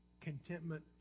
Contentment